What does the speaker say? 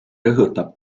rõhutab